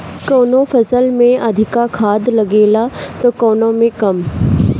कवनो फसल में अधिका खाद लागेला त कवनो में कम